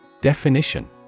Definition